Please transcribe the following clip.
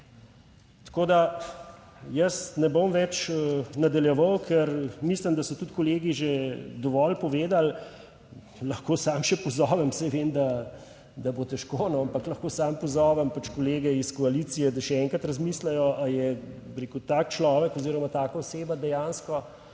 Tako da, jaz ne bom več nadaljeval, ker mislim, da so tudi kolegi že dovolj povedali. Lahko samo še pozovem, saj vem, da bo težko ampak lahko samo pozovem pač kolege iz koalicije, da še enkrat razmislijo ali je, bi rekel, tak človek oziroma taka oseba dejansko,